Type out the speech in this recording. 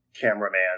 cameraman